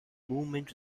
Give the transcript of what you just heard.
movement